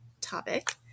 topic